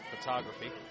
Photography